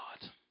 God